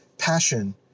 passion